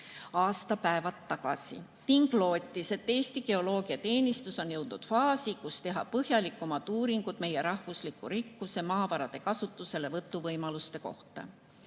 aastapäevad tagasi ning lootis, et Eesti Geoloogiateenistus on jõudnud faasi, kus saab teha põhjalikumaid uuringuid meie rahvusliku rikkuse, maavarade kasutuselevõtu võimaluste kohta.